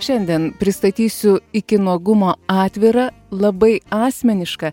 šiandien pristatysiu iki nuogumo atvirą labai asmenišką